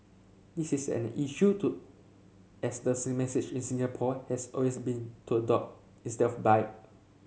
this is an issue to as the message in Singapore has always been to adopt instead of buy